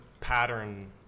pattern